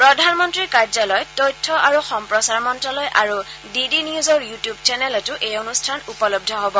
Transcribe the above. প্ৰধানমন্ত্ৰীৰ কাৰ্যালয় তথ্য আৰু সম্প্ৰচাৰ মন্ত্ৰালয় আৰু ডি ডি নিউজৰ ইউটিউব চেনেলতো এই অনুষ্ঠান উপলব্ধ হ'ব